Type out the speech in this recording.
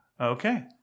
Okay